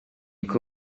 uko